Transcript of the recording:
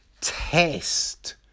test